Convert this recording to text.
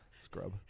Scrub